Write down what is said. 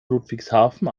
ludwigshafen